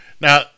Now